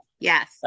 Yes